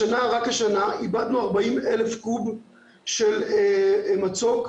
רק השנה איבדנו 40,000 קוב של מצוק.